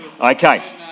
Okay